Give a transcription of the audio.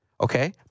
Okay